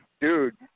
dude